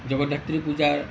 জগতধাত্ৰী পূজাৰ